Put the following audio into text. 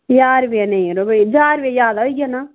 ज्हा रपेआ नेईं अड़ेओ ज्हार रपेआ जादा होई जाना